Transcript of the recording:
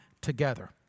together